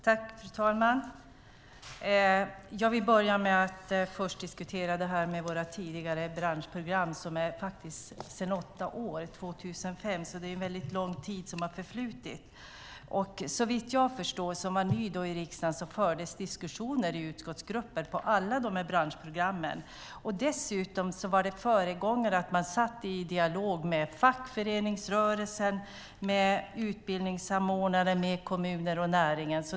Fru talman! Jag vill börja med att först diskutera våra tidigare branschprogram, som faktiskt ligger åtta år tillbaka, 2005. Det är väldigt lång tid som har förflutit. Såvitt jag förstår, som då var ny i riksdagen, fördes diskussioner i utskottsgruppen om alla de här branschprogrammen. Dessutom fanns det föregångare. Man satt i dialog med fackföreningsrörelsen, med utbildningssamordnare, med kommuner och med näringen.